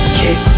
kick